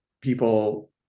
people